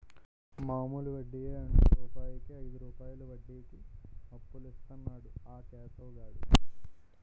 మామూలు వడ్డియే అంటు రూపాయికు ఐదు రూపాయలు వడ్డీకి అప్పులిస్తన్నాడు ఆ కేశవ్ గాడు